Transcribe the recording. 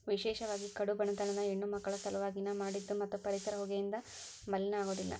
ವಿಶೇಷವಾಗಿ ಕಡು ಬಡತನದ ಹೆಣ್ಣಮಕ್ಕಳ ಸಲವಾಗಿ ನ ಮಾಡಿದ್ದ ಮತ್ತ ಪರಿಸರ ಹೊಗೆಯಿಂದ ಮಲಿನ ಆಗುದಿಲ್ಲ